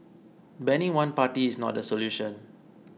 banning one party is not the solution